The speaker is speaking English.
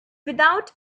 without